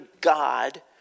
God